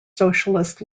socialist